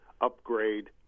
upgrade